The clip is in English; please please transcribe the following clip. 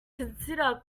consider